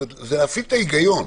צריך להפעיל את ההיגיון.